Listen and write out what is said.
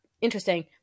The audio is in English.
interesting